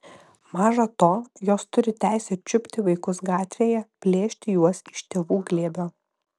maža to jos turi teisę čiupti vaikus gatvėje plėšti juos iš tėvų glėbio